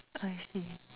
I see